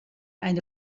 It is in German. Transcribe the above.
ein